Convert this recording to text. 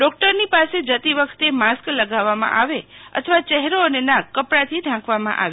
ડોકટરની પાસે જતી વખતે માસ્ક લગાવવામાં આવે અથવા ચહેરો અને નાક કપડાથી ઢાંકવામાં આવે